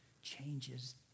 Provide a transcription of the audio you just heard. changes